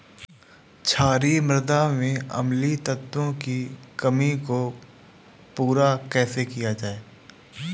क्षारीए मृदा में अम्लीय तत्वों की कमी को पूरा कैसे किया जाए?